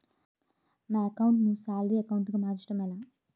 నా అకౌంట్ ను salary account గా మార్చటం ఎలా?